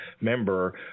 member